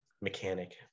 mechanic